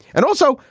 and also,